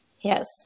yes